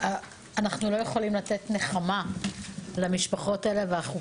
אנחנו לא יכולים לתת נחמה למשפחות האלה אבל אנחנו